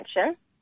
attention